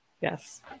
Yes